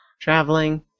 traveling